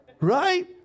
Right